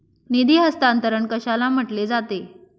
निधी हस्तांतरण कशाला म्हटले जाते?